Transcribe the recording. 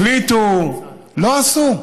החליטו, ולא עשו?